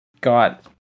got